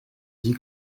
dis